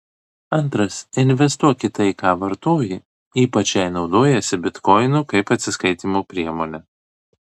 antras investuok į tai ką vartoji ypač jei naudojiesi bitkoinu kaip atsiskaitymo priemone